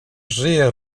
żyje